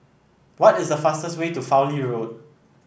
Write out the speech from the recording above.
what is the fastest way to Fowlie Road